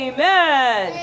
Amen